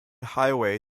highway